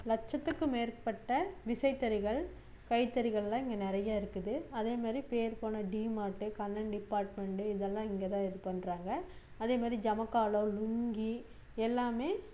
லட்சத்துக்கும் மேற்பட்ட விசைத்தறிகள் கைத்தறிகளெலாம் இங்கே நிறையா இருக்குது அதேமாரி பேர் போன டீமாட் கண்ணன் டிபாட்மெண்ட்டு இதெலான் இங்கேதான் இது பண்ணுறாங்க அதே மாதிரி ஜமக்காளம் லுங்கி எல்லாமே